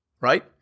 Right